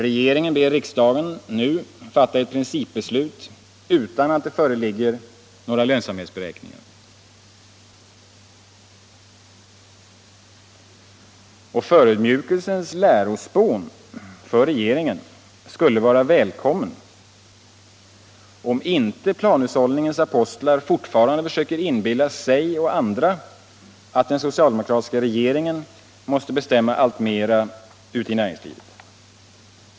Regeringen ber riksdagen nu fatta ett principbeslut utan att det föreligger några lönsamhetsberäkningar. Förödmjukelsens lärospån för regeringen skulle vara välkomna om inte planhushållningens apostlar fortfarande försökte inbilla sig och andra att den socialdemokratiska regeringen måste bestämma alltmer i näringslivet.